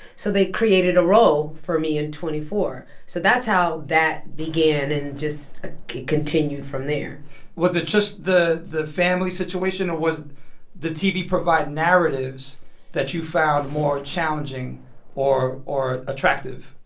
so they created a role for me in twenty four. so that's how that began. and just ah it continued from there was it just the the family situation? or was did tv provide narratives that you found more challenging or or attractive?